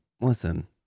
listen